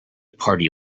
party